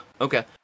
okay